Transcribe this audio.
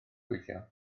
gweithio